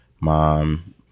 mom